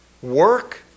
work